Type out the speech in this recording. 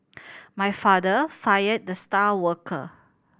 my father fired the star worker